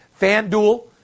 FanDuel